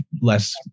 less